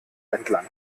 entlang